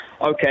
Okay